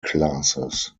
classes